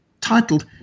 titled